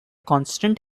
constant